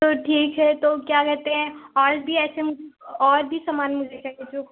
तो ठीक है तो क्या कहते हैं और भी ऐसे और भी सामान मुझे चाहिए जो